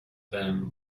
them